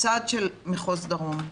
הצד של מחוז דרום.